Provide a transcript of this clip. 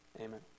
Amen